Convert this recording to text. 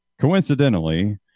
Coincidentally